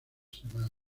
semanas